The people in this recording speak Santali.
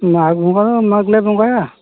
ᱢᱟᱜᱽ ᱵᱚᱸᱜᱟ ᱫᱚ ᱢᱟᱜᱽ ᱞᱮ ᱵᱚᱸᱜᱟᱭᱟ